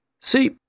See